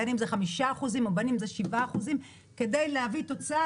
בין אם זה 5% ובין אם זה 7% כדי להביא תוצאה,